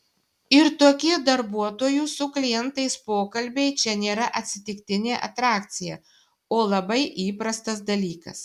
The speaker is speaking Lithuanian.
ir tokie darbuotojų su klientais pokalbiai čia nėra atsitiktinė atrakcija o labai įprastas dalykas